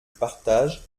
partage